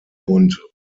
und